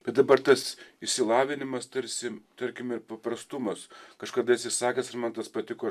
bet dabar tas išsilavinimas tarsi tarkim ir paprastumas kažkada esi sakęs ir man tas patiko